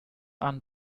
and